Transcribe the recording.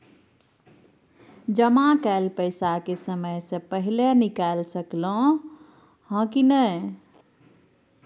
जमा कैल पैसा के समय से पहिले निकाल सकलौं ह की नय?